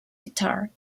guitar